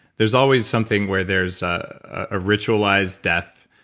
there's always something where there's a ritualized death.